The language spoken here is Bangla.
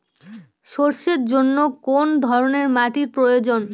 সরষের জন্য কোন ধরনের মাটির প্রয়োজন?